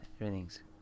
Everything's